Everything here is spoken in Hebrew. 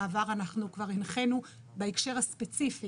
בעבר אנחנו כבר הנחינו בהקשר הספציפי